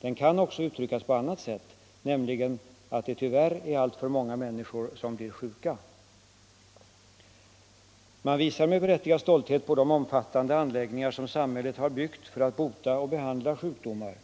Den kan också uttryckas på ett annat sätt, nämligen att det tyvärr är alltför många människor som blir sjuka. Man visar med berättigad stolthet på de omfattande anläggningar som samhället har byggt för att bota och behandla sjukdomar.